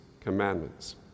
commandments